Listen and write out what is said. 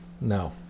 no